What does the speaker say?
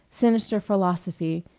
sinister philosophy,